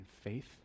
faith